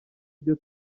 ibyo